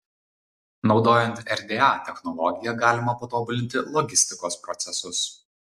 naudojant rda technologiją galima patobulinti logistikos procesus